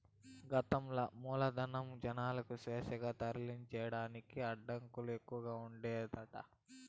గతంల మూలధనం, జనాలకు స్వేచ్ఛగా తరలించేదానికి అడ్డంకులు ఎక్కవగా ఉండేదట